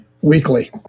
weekly